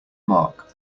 mark